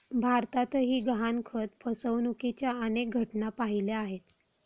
भारतातही गहाणखत फसवणुकीच्या अनेक घटना पाहिल्या आहेत